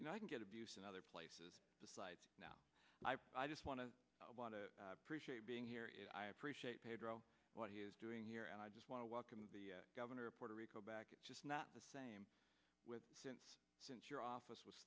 you know i can get abuse in other places besides now i just want to i want to appreciate being here i appreciate pedro what he is doing here and i just want to welcome the governor of puerto rico back it's just not the same with since your office was